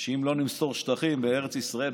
שאם לא נמסור שטחים מארץ ישראל,